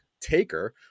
taker